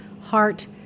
heart